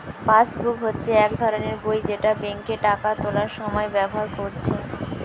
passbook হচ্ছে এক ধরণের বই যেটা বেঙ্কে টাকা তুলার সময় ব্যাভার কোরছে